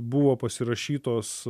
buvo pasirašytos